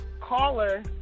caller